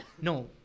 No